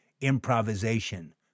improvisation